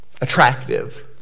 attractive